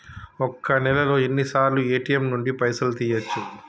ఒక్క నెలలో ఎన్నిసార్లు ఏ.టి.ఎమ్ నుండి పైసలు తీయచ్చు?